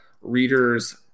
readers